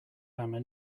hammer